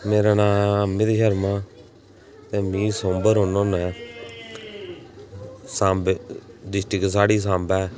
मेरा नांऽ ऐ अमित शर्मा ते मीं सुंब रौह्न्ना होन्ना सांबे डिस्ट्रिक्ट साढ़ी सांबे